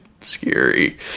scary